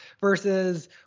versus